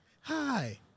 hi